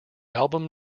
album